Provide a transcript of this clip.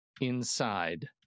inside